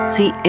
See